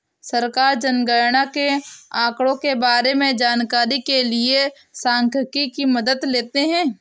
सरकार जनगणना के आंकड़ों के बारें में जानकारी के लिए सांख्यिकी की मदद लेते है